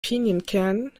pinienkernen